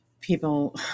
people